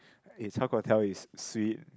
eh chao guo tiao is sweet